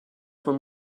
von